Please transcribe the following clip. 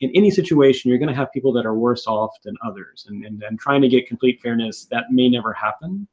in any situation, you're going to have people that are worse off than others. and, and and, trying to get complete fairness, that may never happen.